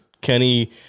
Kenny